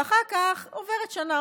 ואחר כך עוברת שנה,